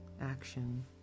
action